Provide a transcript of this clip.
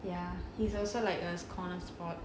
ya he's also like us corner sport